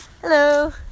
Hello